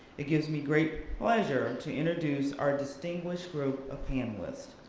it gives me great pleasure to introduce our distinguished group of panelists.